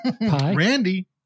Randy